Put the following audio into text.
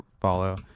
follow